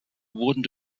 wurden